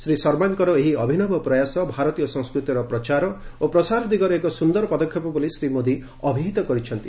ଶ୍ରୀ ଶର୍ମାଙ୍କର ଏହି ଅଭିନବ ପ୍ରୟାସ ଭାରତୀୟ ସଂସ୍କୃତିର ପ୍ରଚାର ଓ ପ୍ରସାର ଦିଗରେ ଏକ ସୁନ୍ଦର ପଦକ୍ଷେପ ବୋଲି ଶ୍ରୀ ମୋଦି ଅଭିହତ କରିଚ୍ଛନ୍ତି